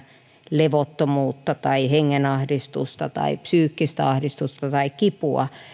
levottomuutta tai hengenahdistusta tai psyykkistä ahdistusta tai kipua